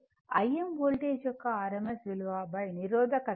voltage యొక్క rms విలువ నిరోధకత